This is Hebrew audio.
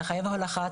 אתה חייב הולכה,